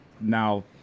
now